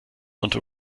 unter